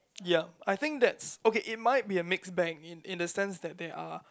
ya I think that's okay it might be a mix bag in in a sense that they are